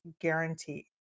guaranteed